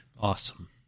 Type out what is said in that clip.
Awesome